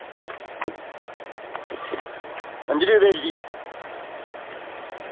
अंजी जगदेव जी